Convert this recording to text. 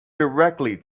directly